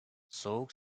soğuk